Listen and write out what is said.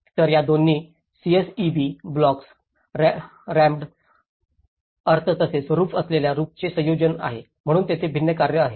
तर या दोन्ही सीएसईबी ब्लॉक्स रॅम्ड अर्थ तसेच रूफ असलेल्या रूफंचे संयोजन आहे म्हणून तेथे भिन्न कार्ये आहेत